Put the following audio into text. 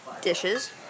dishes